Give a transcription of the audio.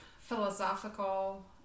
philosophical